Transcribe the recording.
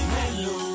hello